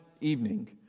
evening